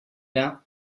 now